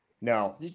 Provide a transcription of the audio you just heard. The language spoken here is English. No